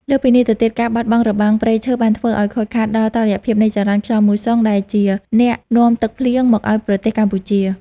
លើសពីនេះទៅទៀត ការបាត់បង់របាំងព្រៃឈើបានធ្វើឱ្យខូចខាតដល់តុល្យភាពនៃចរន្តខ្យល់មូសុង ដែលជាអ្នកនាំទឹកភ្លៀងមកឱ្យប្រទេសកម្ពុជា។